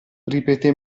ripetè